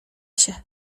się